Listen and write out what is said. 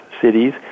cities